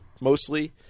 mostly